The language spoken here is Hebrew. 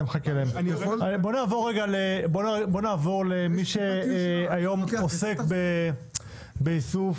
נעבור למי שעוסק היום באיסוף